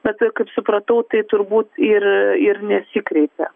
bet kaip supratau tai turbūt ir ir nesikreipė